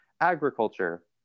agriculture